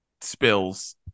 spills